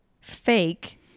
fake